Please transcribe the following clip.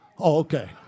okay